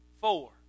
Four